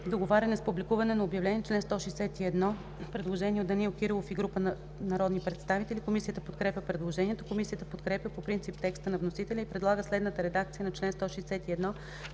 „Договаряне с публикуване на обявление” - предложение от народния представител Данаил Кирилов и група народни представители. Комисията подкрепя предложението. Комисията подкрепя по принцип текста на вносителя и предлага следната редакция на чл. 161,